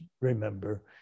remember